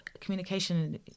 communication